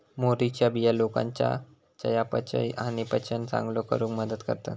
मोहरीच्या बिया लोकांच्या चयापचय आणि पचन चांगलो करूक मदत करतत